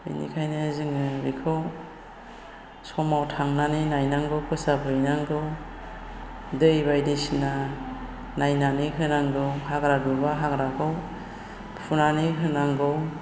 बिनिखायनो जोङो बेखौ समाव थांनानै नायनांगौ फोसाबहैनांगौ दै बायदिसिना नायनानै होनांगौ हाग्रा दुबा हाग्राखौ फुनानै होनांगौ